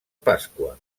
pasqua